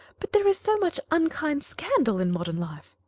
but there is so much unkind scandal in modern life.